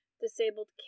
disabled